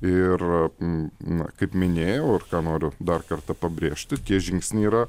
ir na kaip minėjau ir ką noriu dar kartą pabrėžti tie žingsniai yra